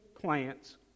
plants